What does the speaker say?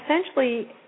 essentially